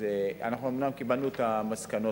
אומנם קיבלנו את המסקנות,